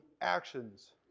actions